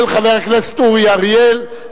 של חבר הכנסת אורי אריאל.